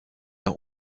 nach